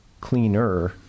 cleaner